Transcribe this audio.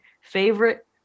favorite